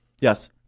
Yes